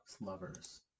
Lovers